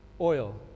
oil